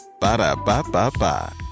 Ba-da-ba-ba-ba